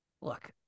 Look